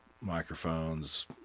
microphones